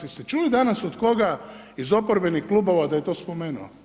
Jeste čuli danas od koga iz oporbenih klubova da je to spomenuo?